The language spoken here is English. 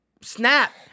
snap